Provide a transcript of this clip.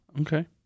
Okay